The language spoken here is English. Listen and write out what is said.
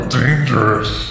dangerous